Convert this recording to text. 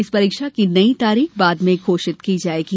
इस परीक्षा की नई तारीख बाद में घोषित की जायेगी